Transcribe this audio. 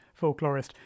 folklorist